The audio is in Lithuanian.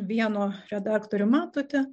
vieno redaktorių matote